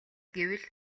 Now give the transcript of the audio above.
гэвэл